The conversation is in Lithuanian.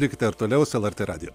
likite ir toliau su lrt radiju